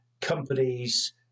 companies